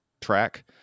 track